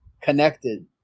connected